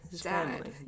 dad